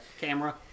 camera